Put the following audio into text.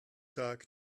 tag